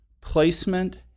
placement